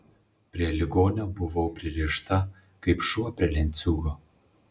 prie ligonio buvau pririšta kaip šuo prie lenciūgo